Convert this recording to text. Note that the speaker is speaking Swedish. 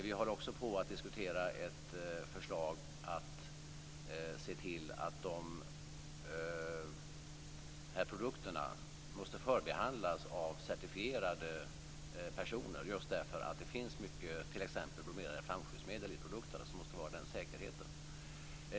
Vi håller också på att diskutera ett förslag om att se till att de här produkterna måste förbehandlas av certifierade personer. Just därför att det finns mycket t.ex. bromerade flamskyddsmedel i produkterna måste vi ha den säkerheten.